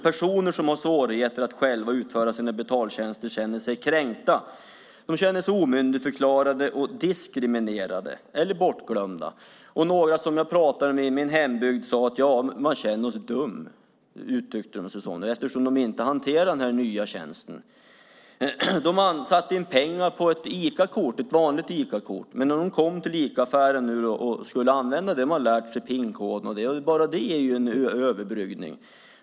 Personer som har svårigheter att själva utföra sina betaltjänster känner sig kränkta. De känner sig omyndigförklarade och diskriminerade eller bortglömda. Några som jag talade med i min hembygd sade att de kände sig dumma, eftersom de inte kunde hantera den nya tjänsten. De satte in pengar på ett vanligt Icakort. Sedan kom de till affären och skulle använda kortet med pinkod, och bara det är en överbryggning.